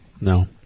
No